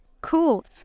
cool